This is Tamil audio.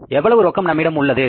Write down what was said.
எவ்வளவு ரொக்கம் நம்மிடம் உள்ளது